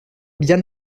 bien